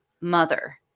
mother